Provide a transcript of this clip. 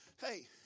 hey